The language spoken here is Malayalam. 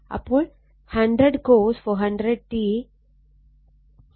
അപ്പോൾ 100 cos 400 t